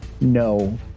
No